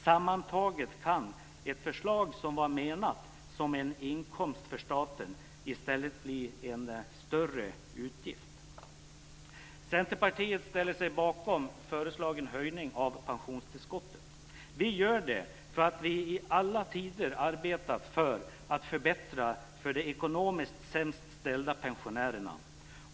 Sammantaget kan ett förslag som var menat som en inkomst för staten i stället bli en större utgift. Centerpartiet ställer sig bakom föreslagen höjning av pensionstillskottet. Vi gör det för att vi i alla tider arbetat för att förbättra för de ekonomiskt sämst ställda pensionärerna.